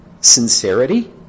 Sincerity